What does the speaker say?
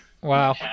wow